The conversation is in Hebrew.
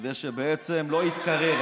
כדי שבעצם לא יתקרר.